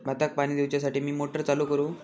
भाताक पाणी दिवच्यासाठी मी मोटर चालू करू?